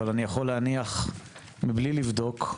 אני יכול להניח, מבלי לבדוק,